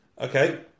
okay